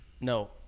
No